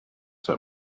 sat